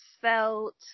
felt